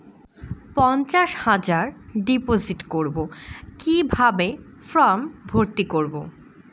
পঞ্চাশ হাজার ডিপোজিট করবো কিভাবে ফর্ম ভর্তি করবো?